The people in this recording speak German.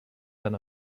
dann